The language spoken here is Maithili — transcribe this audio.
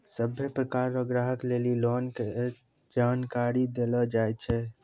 सभ्भे प्रकार रो ग्राहक लेली लोन के जानकारी देलो जाय छै